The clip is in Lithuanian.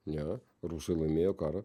ne rusai laimėjo karą